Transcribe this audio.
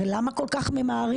הרי למה כל כך ממהרים?